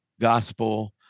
gospel